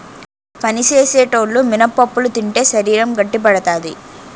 పని సేసేటోలు మినపప్పులు తింటే శరీరం గట్టిపడతాది